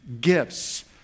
gifts